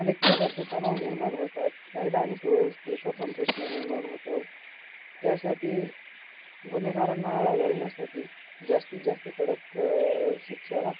अनेक प्रकारचे तणाव निर्माण होतात कायदा आणि सुव्यवस्थेचा पण प्रश्न निर्माण होतो त्यासाठी गुन्हेगांना आळा घालण्यासाठी जास्तीत जास्त कडक शिक्षा